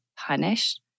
punished